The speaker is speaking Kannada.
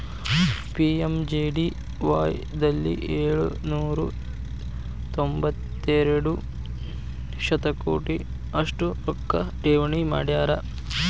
ಪಿ.ಎಮ್.ಜೆ.ಡಿ.ವಾಯ್ ದಲ್ಲಿ ಏಳು ನೂರ ತೊಂಬತ್ತೆರಡು ಶತಕೋಟಿ ಅಷ್ಟು ರೊಕ್ಕ ಠೇವಣಿ ಮಾಡ್ಯಾರ